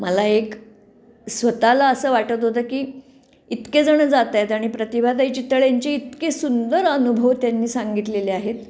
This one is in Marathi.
मला एक स्वतःला असं वाटत होतं की इतके जणं जात आहेत आणि प्रतिभाताई चितळेंचे इतके सुंदर अनुभव त्यांनी सांगितलेले आहेत